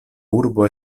urbo